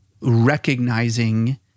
recognizing